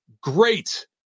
great